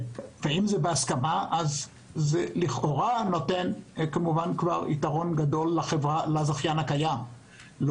אם זה בהסכמה אז לכאורה זה נותן יתרון גדול לזכיין הקיים על